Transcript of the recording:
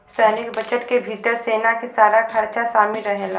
सैनिक बजट के भितर सेना के सारा खरचा शामिल रहेला